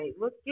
look